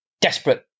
Desperate